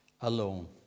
alone